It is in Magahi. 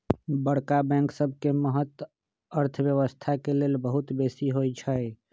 बड़का बैंक सबके महत्त अर्थव्यवस्था के लेल बहुत बेशी होइ छइ